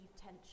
tension